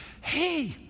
Hey